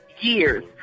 years